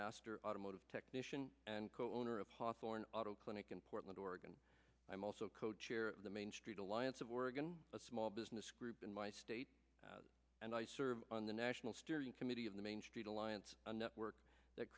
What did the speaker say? master automotive technician and co owner of hawthorne auto clinic in portland oregon i'm also co chair of the main street alliance of oregon a small business group in my state and i serve on the national steering committee of the main street alliance a network that